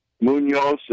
Munoz